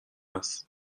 هست